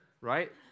Right